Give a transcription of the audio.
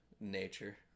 nature